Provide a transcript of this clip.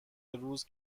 روز